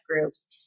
groups